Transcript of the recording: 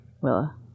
Willa